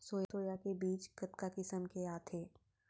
Soya के बीज कतका किसम के आथे?